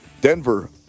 Denver